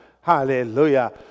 Hallelujah